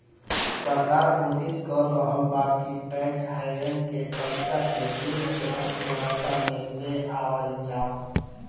सरकार कोशिस कर रहल बा कि टैक्स हैवेन के पइसा के देश के अर्थव्यवस्था में ले आवल जाव